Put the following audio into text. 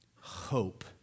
Hope